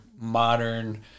modern